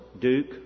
Duke